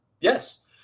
yes